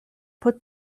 put